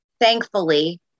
Thankfully